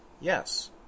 Yes